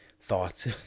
thoughts